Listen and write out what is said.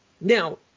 Now